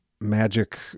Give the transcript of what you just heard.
magic